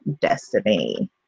destiny